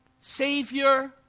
savior